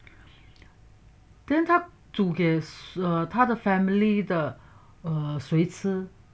then 他煮给 err 他的 family 的 err 谁吃